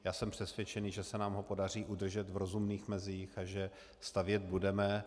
Já jsem přesvědčen, že se nám ho podaří udržet v rozumných mezích a že stavět budeme.